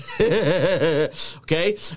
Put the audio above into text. okay